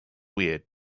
weird